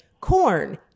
corn